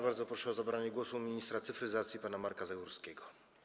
Bardzo proszę o zabranie głosu ministra cyfryzacji pana Marka Zagórskiego.